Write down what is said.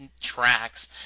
tracks